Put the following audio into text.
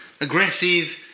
aggressive